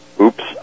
Oops